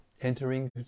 entering